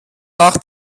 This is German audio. nach